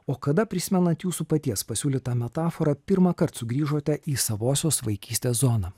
o kada prisimenat jūsų paties pasiūlytą metaforą pirmąkart sugrįžote į savosios vaikystės zoną